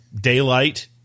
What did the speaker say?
Daylight